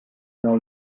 dans